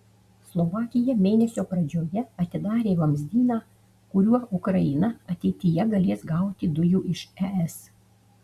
slovakija mėnesio pradžioje atidarė vamzdyną kuriuo ukraina ateityje galės gauti dujų iš es